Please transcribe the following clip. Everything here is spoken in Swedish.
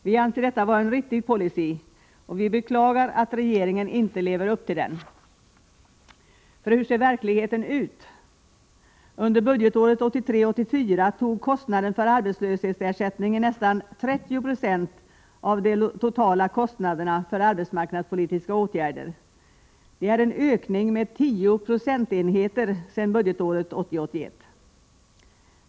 Vi anser detta vara en riktig policy, och vi beklagar att regeringen inte lever upp till den. Men hur ser verkligheten ut? Under budgetåret 1983 81.